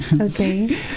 Okay